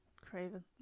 Craven